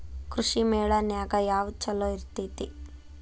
ಕೃಷಿಮೇಳ ನ್ಯಾಗ ಯಾವ್ದ ಛಲೋ ಇರ್ತೆತಿ?